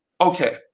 okay